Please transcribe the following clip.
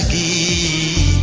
e